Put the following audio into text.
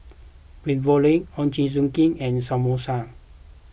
Ravioli Ochazuke and Samosa